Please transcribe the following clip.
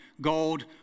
Gold